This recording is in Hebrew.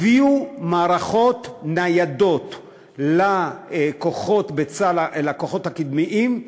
הביאו מערכות ניידות לכוחות הקדמיים בצה"ל,